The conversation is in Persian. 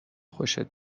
خوشت